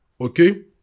Okay